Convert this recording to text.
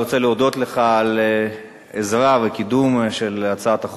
אני רוצה להודות לך על העזרה והקידום של הצעת החוק.